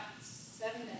seven